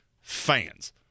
fans